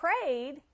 prayed